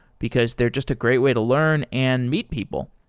because they're just a great way to learn and meet people.